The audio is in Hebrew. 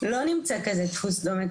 לא נמצא דפוס כזה דומה,